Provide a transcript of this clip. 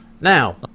Now